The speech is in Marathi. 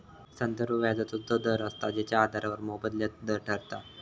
संदर्भ व्याजाचो तो दर असता जेच्या आधारावर मोबदल्याचो दर ठरता